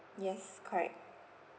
yes correct